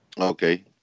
Okay